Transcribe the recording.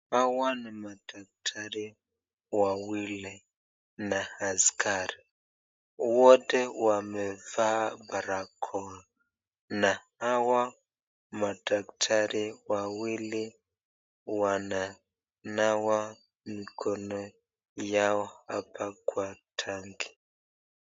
Hawa ni madkatari wawili na askari, wote wamevaa barakoa na hawa madaktari wawili wananawa mikono yao hapa kwa tanki.